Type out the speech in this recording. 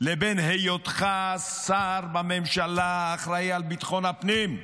לבין היותך שר בממשלה, אחראי על ביטחון הפנים.